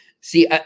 see